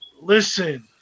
Listen